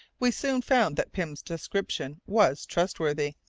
we soon found that pym's description was trustworthy.